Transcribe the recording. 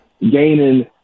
gaining